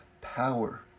power